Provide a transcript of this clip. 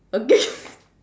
okay